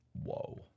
Whoa